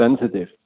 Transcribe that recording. sensitive